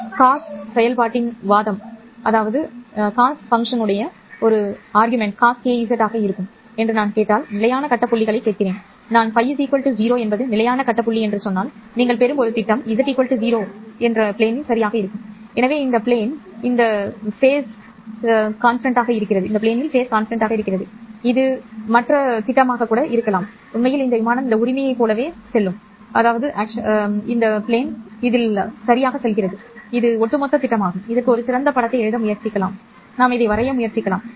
இந்த காஸ் செயல்பாட்டின் வாதம் cos kz ஆக இருக்கும் என்று நான் கேட்டால் நிலையான கட்ட புள்ளிகளைக் கேட்கிறேன் நான் Ф 0 என்பது நிலையான கட்ட புள்ளி என்று சொன்னால் நீங்கள் பெறும் ஒரு திட்டம் z 0 விமானம் சரியாக இருக்கும் எனவே இந்த விமானம் இந்த விமானத்தில் கட்டம் நிலையானதாக இருக்கும் இது மற்ற திட்டமாக இருக்கும் உண்மையில் இந்த விமானம் இந்த உரிமையைப் போலவே செல்லும் எனவே இது ஒட்டுமொத்த திட்டமாகும் இதற்கு ஒரு சிறந்த படத்தை எழுத முயற்சி செய்யலாம்